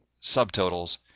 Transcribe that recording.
subtotals,